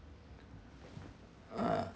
uh